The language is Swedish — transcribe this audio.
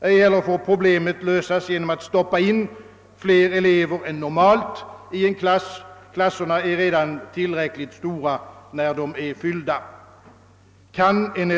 Ej heller får problemet lösas genom att fler elever än normalt stoppas in i en klass. Klasserna är redan tillräckligt stora när de är fyllda.